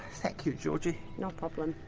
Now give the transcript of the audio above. thank you, georgie. no problem.